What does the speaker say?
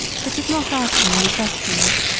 but did not ask him any questions.